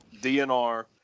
DNR